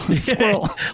Squirrel